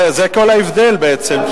זה כל ההבדל בעצם,